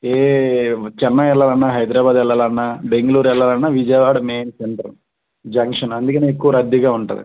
ఏ చెన్నై వెళ్ళాలన్న హైదరాబాద్ వెళ్ళాలన్న బెంగళూర్ వెళ్ళాలన్న విజయవాడ మెయిన్ సెంటరు జంక్షన్ అందుకని ఎక్కువ రద్దీగా ఉంటుంది